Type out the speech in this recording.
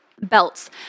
Belts